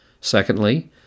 Secondly